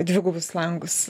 dvigubus langus